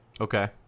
Okay